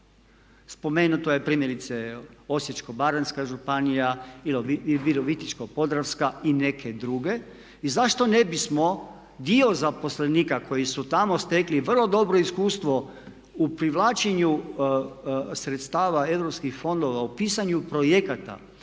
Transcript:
spomenuto je primjerice Osječko-baranjska županija i Virovitičko podravska i neke druge. I zašto ne bismo dio zaposlenika koji su tamo stekli vrlo dobro iskustvo u privlačenju sredstava europskih fondova u pisanju projekata,